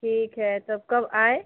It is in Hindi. ठीक है तब कब आएँ